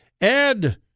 Ed